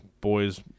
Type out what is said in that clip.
boys